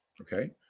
Okay